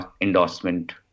endorsement